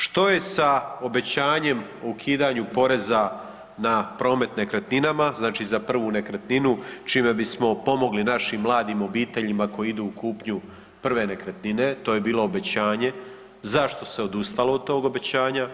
Što je sa obećanjem o ukidanju poreza na promet nekretninama, znači za prvu nekretninu, čime bismo pomogli našim mladim obiteljima koji idu u kupnju prve nekretnine, to je bilo obećanje, zašto se odustalo od tog obećanja?